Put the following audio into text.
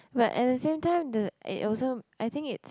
but at the same time the it also I think it's